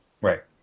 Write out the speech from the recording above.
Right